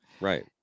Right